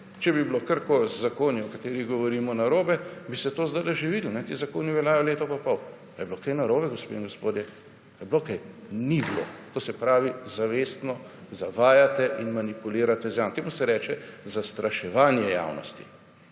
Če bi bilo, karkoli z zakoni, o katerih govorimo narobe bi se to sedaj že videlo. Ti zakoni veljajo leto in pol. Ali je bilo kaj narobe, gospe in gospodje? Ali je bilo kaj? Ni bilo. To se pravi zavestno zavajate in manipulirate z javnostjo. Temu se reče zastraševanje javnosti,